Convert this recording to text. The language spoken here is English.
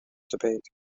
debate